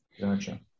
Gotcha